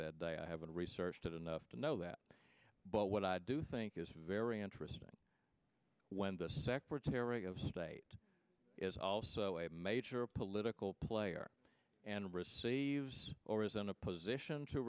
that day i haven't researched it enough to know that but what i do think is very interesting when the secretary of state is also a major political player and receives or is in a position to